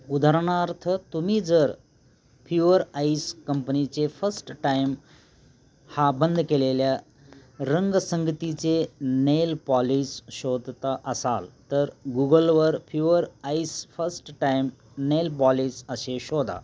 उदाहरणार्थ तुम्ही जर फ्युअर आईस कंपनीचे फस्ट टाईम हा बंद केलेल्या रंगसंगतीचे नेलपॉलिस शोधता असाल तर गुगलवर pure ice first time nail polish असे शोधा